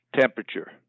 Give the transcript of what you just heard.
temperature